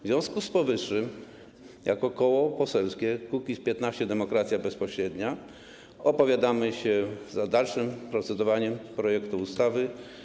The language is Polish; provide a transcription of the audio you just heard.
W związku z powyższym jako Koło Poselskie Kukiz’15 - Demokracja Bezpośrednia opowiadamy się za dalszym procedowaniem nad projektem ustawy.